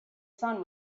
sun